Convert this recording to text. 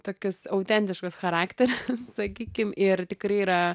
tokius autentiškus charakterius sakykim ir tikrai yra